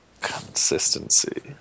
Consistency